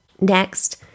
Next